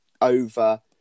over